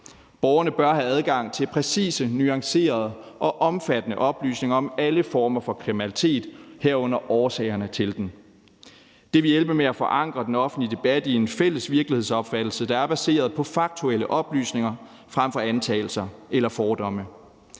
Borgerne bør have adgang til præcise, nuancerede og omfattende oplysninger om alle former for kriminalitet, herunder årsagerne til den. Det vil hjælpe med at forankre den offentlige debat i en fælles virkelighedsopfattelse, der er baseret på faktuelle oplysninger frem for antagelser eller fordomme.